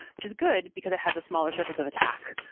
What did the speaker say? which is good because it has a smaller surface of attack,